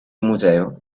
museo